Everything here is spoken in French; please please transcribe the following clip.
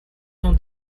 son